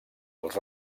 els